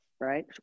right